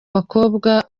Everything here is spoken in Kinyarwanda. bakobwa